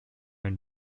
and